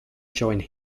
joined